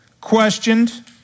questioned